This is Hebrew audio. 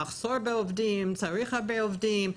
מחסור בעובדים: צריך הרבה עובדים,